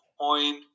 point